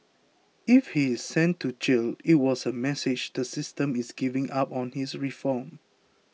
if he is sent to jail it was a message the system is giving up on his reform